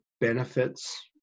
benefits